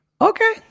Okay